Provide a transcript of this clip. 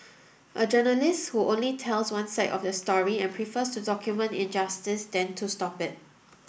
a journalist who only tells one side of the story and prefers to document injustice than to stop it